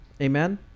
amen